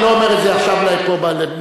אני לא אומר את זה עכשיו למישהו ספציפי,